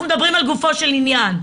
אנחנו מדברים לגופו של עניין.